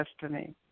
destiny